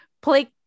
play